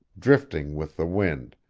drifting with the wind,